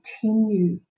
continue